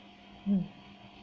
mm